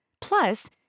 Plus